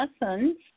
lessons